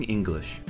English